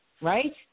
right